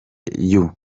you